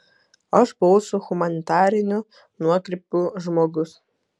aš buvau su humanitariniu nuokrypiu žmogus